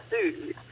food